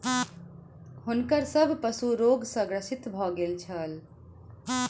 हुनकर सभ पशु रोग सॅ ग्रसित भ गेल छल